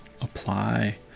apply